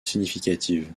significative